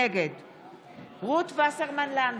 נגד רות וסרמן לנדה,